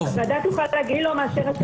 הוועדה תוכל להגיד שהיא לא מאשרת.